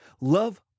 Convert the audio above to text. love